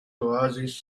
oasis